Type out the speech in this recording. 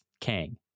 kang